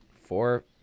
four